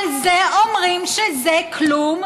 על זה אומרים שזה כלום?